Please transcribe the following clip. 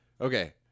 Okay